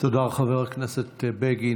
תודה לחבר הכנסת בגין.